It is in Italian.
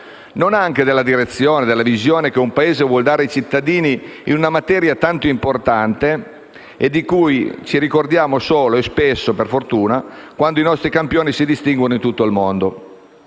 non anche della direzione e della visione che un Paese vuol dare ai cittadini in una materia tanto importante e di cui ci ricordiamo solo - e spesso, per fortuna - quando i nostri campioni si distinguono in tutto il mondo.